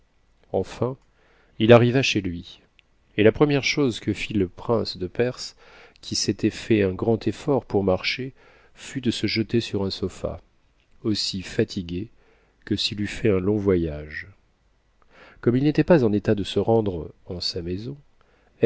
enfin il arriva chez lui et la première chose que fit le prince de perse qui s'était fait un grand effort pour marcher fut de se jeter sur un sofa aussi fatigué que s'il eût fait un long voyage comme il n'était pas en état de se rendre en sa maison